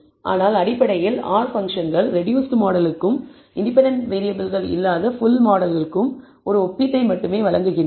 ஆனால் அடிப்படையில் R பன்க்ஷன்கள் ரெடூஸ்ட் மாடல்களுக்கும் இண்டிபெண்டன்ட் வேறியபிள்கள் இல்லாத ஃபுல் மாடலுக்கும் ஒரு ஒப்பீட்டை மட்டுமே வழங்குகின்றன